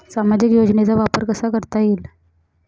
सामाजिक योजनेचा वापर कसा करता येईल?